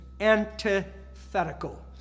antithetical